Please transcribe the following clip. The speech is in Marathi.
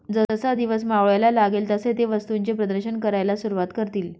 जसा दिवस मावळायला लागेल तसे ते वस्तूंचे प्रदर्शन करायला सुरुवात करतील